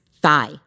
thigh